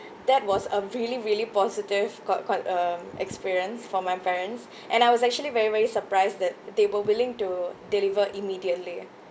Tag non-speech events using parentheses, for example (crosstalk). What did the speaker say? that was a really really positive ca~ ca~ um experience for my parents (breath) and I was actually very very surprised that they were willing to deliver immediately